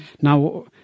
Now